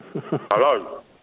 Hello